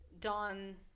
Don